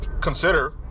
consider